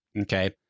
Okay